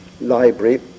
Library